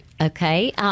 Okay